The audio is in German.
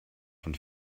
von